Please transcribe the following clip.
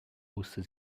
musste